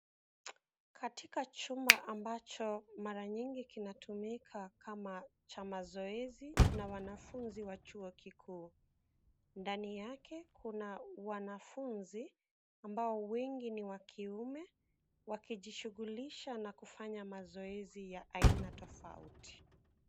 Katika chumba ambacho mara nyingi kinatumika kama cha mazoezi na wanafunzi wa chuo kikuu. Ndani yake kuna wanafunzi ambao wengi ni wa kiume wakijishughulisha na kufanya mazoezi ya aina tofauti.